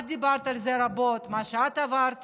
את דיברת על זה רבות, מה שאת עברת